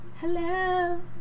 hello